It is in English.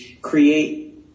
create